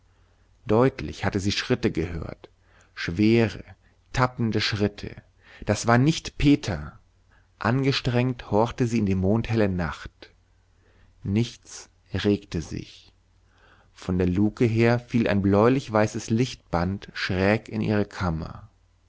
deutlich hatte sie schritte gehört schwere tappende schritte das war nicht peter angestrengt horchte sie in die mondhelle nacht nichts regte sich von der luke her fiel ein bläulichweißes lichtband schräg in ihre kammer